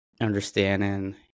understanding